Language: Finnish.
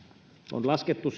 on laskettu